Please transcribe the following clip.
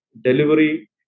delivery